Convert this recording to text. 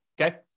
okay